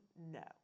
No